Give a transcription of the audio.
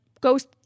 goes